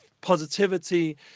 positivity